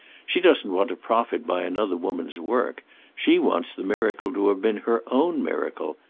she doesn't want to profit by another woman's work she wants the miracle to have been her own miracle.